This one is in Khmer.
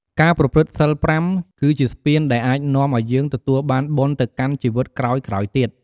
ការប្រព្រឹត្តសីលប្រាំ គឺជាស្ពានដែលអាចនាំឲ្យយើងទទួលបានបុណ្យទៅកាន់ជីវិតក្រោយៗទៀត។